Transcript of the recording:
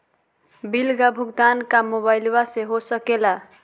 Bill का भुगतान का मोबाइलवा से हो सके ला?